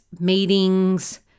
meetings